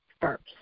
first